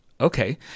okay